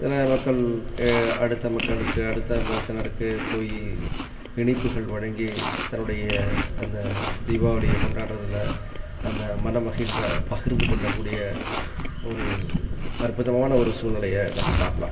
இதில் மக்கள் ஏ அடுத்த மக்களுக்கு அடுத்த மதத்தினருக்கு போய் இனிப்புகள் வழங்கி தன்னுடைய அந்தத் தீபாவளியை கொண்டாடுறதுல அந்த மனம் மகிழ்வை பகிர்ந்துக்கொள்ளக்கூடிய ஒரு அற்புதமான ஒரு சூழ்நிலையை நம்ம பார்க்கலாம்